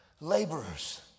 Laborers